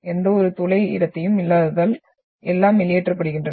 எந்தவொரு துளை இடத்தையும் இல்லாததால் எல்லாம் வெளியேற்றப்படுகின்றன